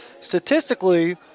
Statistically